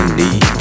need